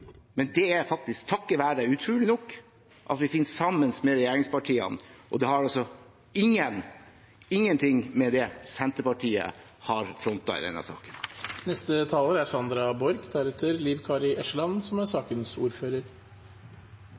men det er faktisk takket være, utrolig nok, at vi finner sammen med regjeringspartiene, og det har ingenting med det Senterpartiet har frontet i denne saken å gjøre. Som flere har sagt, handler saken i dag om en rekke forslag som